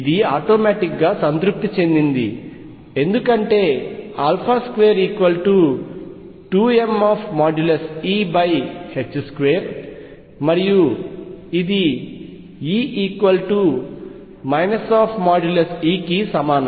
ఇది ఆటోమాటిక్ గా సంతృప్తి చెందింది ఎందుకంటే 22mE2 మరియు ఇది E |E|కి సమానం